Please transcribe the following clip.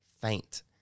Faint